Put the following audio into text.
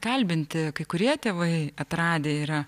kalbinti kai kurie tėvai atradę yra